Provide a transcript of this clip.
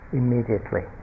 immediately